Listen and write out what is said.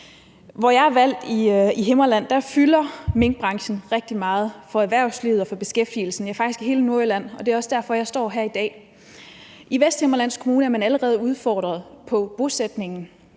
Hvor jeg er valgt, i Himmerland, fylder minkbranchen rigtig meget for erhvervslivet og for beskæftigelsen, ja, faktisk i hele Nordjylland, og det er også derfor, jeg står her i dag. I Vesthimmerlands Kommune er man allerede udfordret på bosætningen.